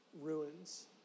ruins